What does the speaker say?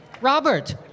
Robert